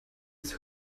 ist